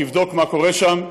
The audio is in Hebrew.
תבדוק מה קורה שם,